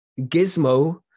gizmo